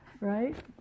right